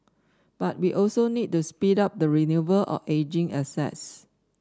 but we also need to speed up the renewal of ageing assets